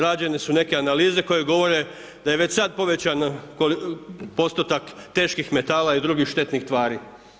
Rađene su neke analize, koje govore, da je već sad povećan postotak teških metala i drugih štetnih tvari.